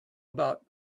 about